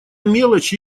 мелочи